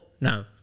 no